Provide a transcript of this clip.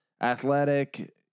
athletic